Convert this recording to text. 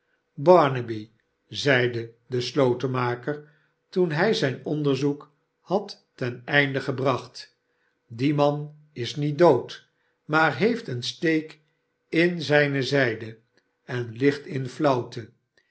barnaby zeide de slotenmaker toen hij zijn onderzoek had ten einde gebracht die man is niet dood maar heeft een steek in zijne zijde en ligt in fiauwte